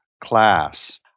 class